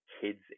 kids